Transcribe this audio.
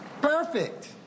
Perfect